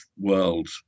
world